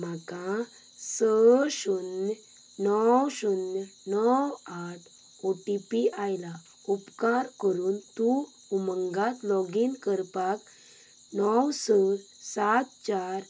म्हाका स शून्य णव शून्य णव आठ ओ टी पी आयला उपकार करून तूं उमंगांत लॉग इन करपाक णन स सात चार